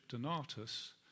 Donatus